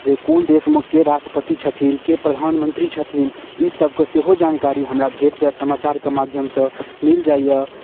जे कोन देशमे के राष्ट्रपति छथिनके प्रधानमन्त्री छथिन ई सबके सेहो जानकारी हमरा भेट जाइ समाचारके माध्यमसँ मिल जाइए